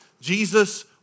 Jesus